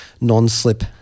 non-slip